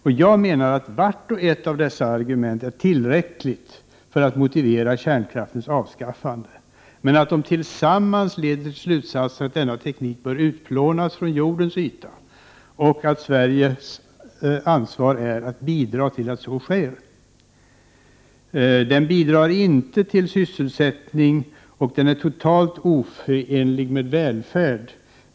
Och jag menar att vart och ett av dessa argument är tillräckligt för att motivera kärnkraftens avskaffande, men tillsammans leder de till slutsatsen att denna teknik bör utplånas från jordens yta och att det är Sveriges ansvar att bidra till att så sker. Den bidrar inte till sysselsättning, och den är totalt oförenlig med välfärd.